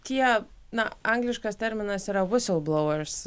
tie na angliškas terminas yra visilblovers